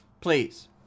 please